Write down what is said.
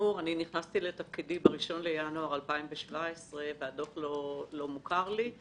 נכנסתי לתפקידי ב-1 בינואר 2017. הדוח לא מוכר לי.